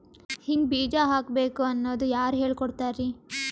ಹಿಂಗ್ ಬೀಜ ಹಾಕ್ಬೇಕು ಅನ್ನೋದು ಯಾರ್ ಹೇಳ್ಕೊಡ್ತಾರಿ?